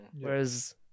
whereas